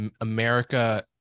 America